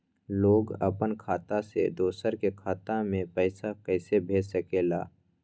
लोग अपन खाता से दोसर के खाता में पैसा कइसे भेज सकेला?